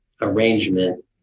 arrangement